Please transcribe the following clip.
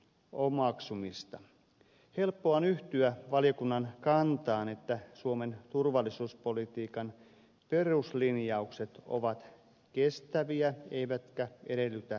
helppoa on yhtyä valiokunnan kantaan että suomen turvallisuuspolitiikan peruslinjaukset ovat kestäviä eivätkä edellytä muutoksia